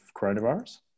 coronavirus